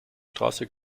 straße